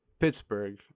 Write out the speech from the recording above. Pittsburgh